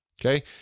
Okay